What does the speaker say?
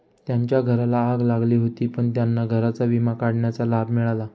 त्यांच्या घराला आग लागली होती पण त्यांना घराचा विमा काढण्याचा लाभ मिळाला